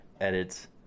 edits